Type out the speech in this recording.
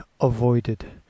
avoided